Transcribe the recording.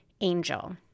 Angel